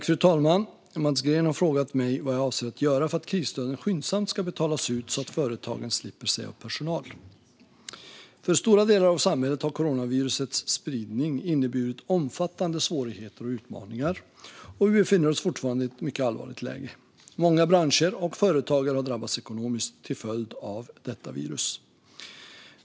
Fru talman! Mats Green har frågat mig vad jag avser att göra för att krisstöden skyndsamt ska betalas ut så att företagen slipper säga upp personal. För stora delar av samhället har coronavirusets spridning inneburit omfattande svårigheter och utmaningar. Och vi befinner oss fortfarande i ett mycket allvarligt läge. Många branscher och företagare har drabbats ekonomiskt till följd av detta virus.